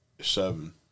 Seven